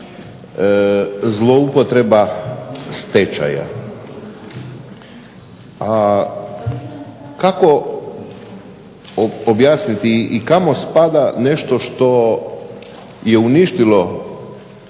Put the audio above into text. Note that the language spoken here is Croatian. zloupotreba stečaja, a kako objasniti i kamo spada nešto što je uništilo